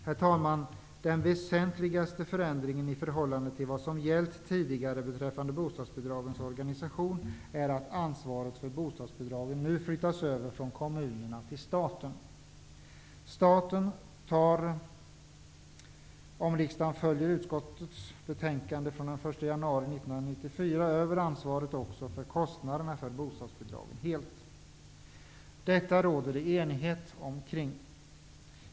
Herr talman! Den väsentligaste förändringen i förhållande till vad som gällt tidigare beträffande bostadsbidragens organisation är att ansvaret för bostadsbidragen nu flyttas över från kommunerna till staten. Staten tar, om riksdagen följer utskottets hemställan, från den 1 januari 1994 helt över ansvaret också för kostnaderna för bostadsbidragen. Detta råder det enighet om.